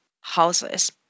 houses